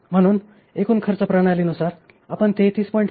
म्हणुन एकूण खर्च प्रणालीनुसार आपण 33